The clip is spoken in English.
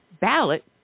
ballot